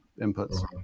inputs